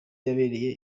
yabereye